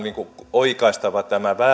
oikaistava tämä